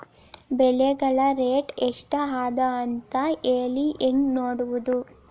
ಬೆಳೆಗಳ ರೇಟ್ ಎಷ್ಟ ಅದ ಅಂತ ಹೇಳಿ ಹೆಂಗ್ ನೋಡುವುದು?